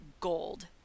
Gold